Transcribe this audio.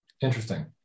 Interesting